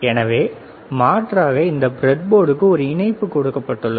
எனவே மாற்றாக இந்த ப்ரெட்போர்டுக்கு ஒரு இணைப்பு கொடுக்கப்பட்டுள்ளது